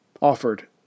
offered